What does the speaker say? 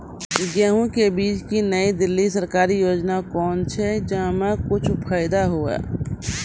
गेहूँ के बीज की नई दिल्ली सरकारी योजना कोन छ जय मां कुछ फायदा हुआ?